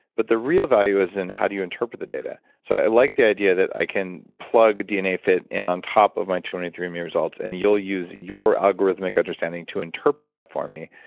but the real value is in how do you interpret the data. so i like the idea that i can plug dnafit in on top of my twenty three andme results, and you'll use your algorithmic understanding to interpret that for me,